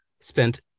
spent